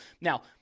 Now